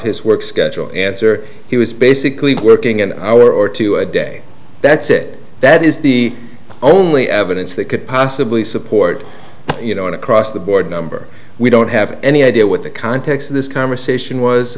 his work schedule answer he was basically working an hour or two a day that's it that is the only evidence that could possibly support you know an across the board number we don't have any idea what the context of this conversation was